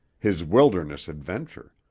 his wilderness adventure.